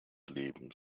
lebens